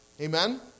Amen